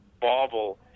bauble